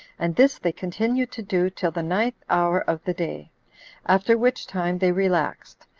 and this they continued to do till the ninth hour of the day after which time they relaxed,